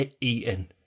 eaten